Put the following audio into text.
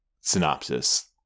synopsis